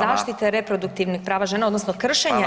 zaštite reproduktivnih [[Upadica: Hvala.]] prava žena odnosno kršenju